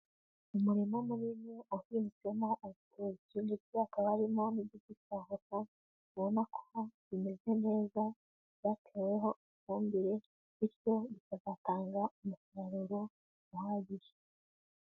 Umurima munini uhinzwemo urutoki ndetse hakaba harimo n'igiti cya avoka, ubona ko bimeze neza byateweho ifumbire bityo bikazatanga umusaruro uhagije.